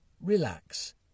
Relax